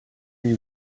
you